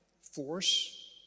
Force